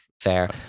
Fair